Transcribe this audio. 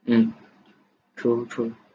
mm true true